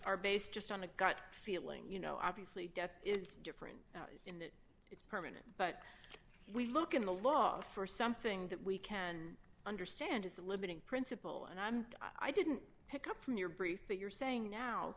are based just on a gut feeling you know obviously death it's different in the it's permanent but we look at it a lot for something that we can understand as a limiting principle and i'm i didn't pick up from your brief that you're saying now